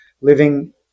living